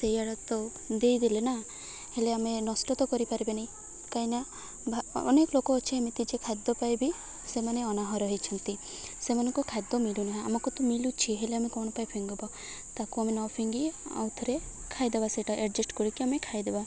ସେଇ ଆଡ଼ ତ ଦେଇଦେଲେ ନା ହେଲେ ଆମେ ନଷ୍ଟ ତ କରିପାରିବେନି କାଇଁନା ଭା ଅନେକ ଲୋକ ଅଛି ଏମିତି ଯେ ଖାଦ୍ୟ ପାଇ ବି ସେମାନେ ଅନାହର ହେଇଛନ୍ତି ସେମାନଙ୍କୁ ଖାଦ୍ୟ ମିଳୁନାହା ଆମକୁ ତ ମିଳୁଛି ହେଲେ ଆମେ କ'ଣ ପାଇଁ ଫିଙ୍ଗିବ ତାକୁ ଆମେ ନ ଫିଙ୍ଗି ଆଉ ଥରେ ଖାଇଦେବା ସେଇଟା ଆଡ଼ଜଷ୍ଟ କରିକି ଆମେ ଖାଇଦେବା